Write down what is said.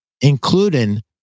including